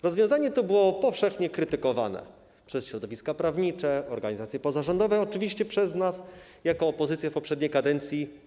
Rozwiązanie to było powszechnie krytykowane przez środowiska prawnicze, organizacje pozarządowe i oczywiście przez nas jako opozycję również w poprzedniej kadencji.